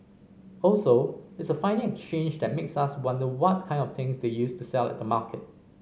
also it's a funny exchange that makes us wonder what kind of things they used to sell at the market